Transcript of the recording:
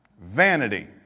Vanity